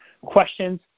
questions